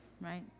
Right